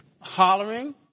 hollering